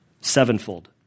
sevenfold